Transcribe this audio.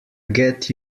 get